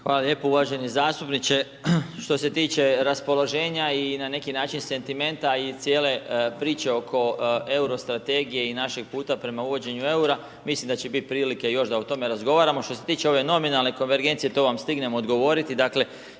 Hvala lijepo, uvaženi zastupniče što se tiče raspoloženja i na neki način sentimenta i cijele priče oko euro strategije i našeg puta prema uvođenju EUR-a mislim da će biti prilike još da o tome razgovaramo, što se tiče ove nominalne konvergencije to vam stignem odgovoriti.